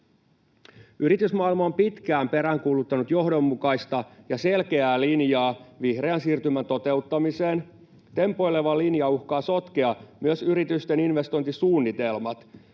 Yritysmaailma on pitkään peräänkuuluttanut johdonmukaista ja selkeää linjaa vihreän siirtymän toteuttamiseen. Tempoileva linja uhkaa sotkea myös yritysten investointisuunnitelmat.